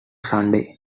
sunday